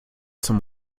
zum